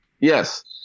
Yes